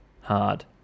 hard